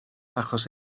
achos